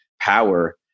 power